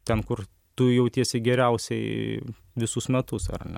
ten kur tu jautiesi geriausiai visus metus ar